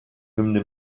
hymne